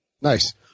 Nice